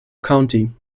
county